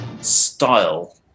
style